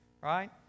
right